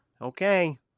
Okay